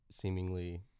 seemingly